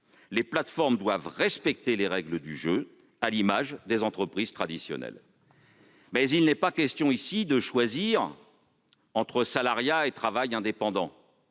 Les plateformes doivent respecter les règles du jeu, à l'image des entreprises traditionnelles, mais il n'est pas question de choisir entre salariat et travail indépendant,